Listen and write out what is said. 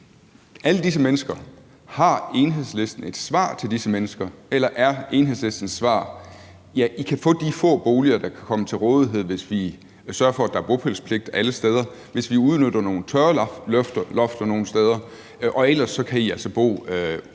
uden for København. Har Enhedslisten et svar til alle disse mennesker, eller er Enhedslistens svar: Ja, I kan få de få boliger, der kan komme til rådighed, hvis vi sørger for, at der er bopælspligt alle steder, og hvis vi udnytter nogle tørrelofter nogle steder, og ellers kan I altså